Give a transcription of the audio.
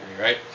right